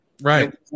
right